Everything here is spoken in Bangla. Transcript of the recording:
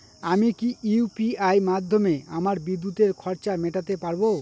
আমি কি ইউ.পি.আই মাধ্যমে আমার বিদ্যুতের খরচা মেটাতে পারব?